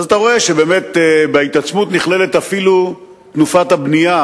אתה רואה שבהתעצמות נכללת אפילו תנופת הבנייה,